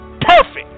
perfect